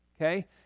okay